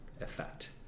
effect